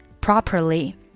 properly